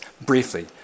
Briefly